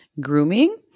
grooming